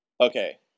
Okay